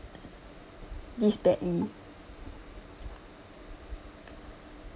this badly